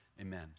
amen